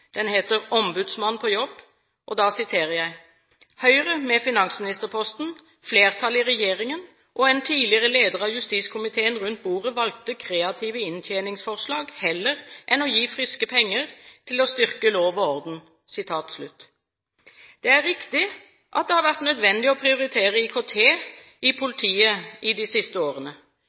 på jobb: «Høyre – med finansministerposten, flertallet i regjeringen og en tidligere leder av justiskomiteen rundt bordet valgte kreative inntjeningsforslag heller enn å gi friske penger til å styrke lov og orden.» Det er riktig at det har vært nødvendig å prioritere IKT i politiet de siste årene.